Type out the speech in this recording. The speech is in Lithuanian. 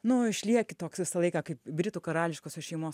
nu išlieki toks visą laiką kaip britų karališkosios šeimos